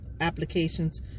applications